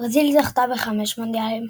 ברזיל זכתה ב-5 מונדיאלים.